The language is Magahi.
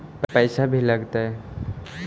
पैसा भी लगतय?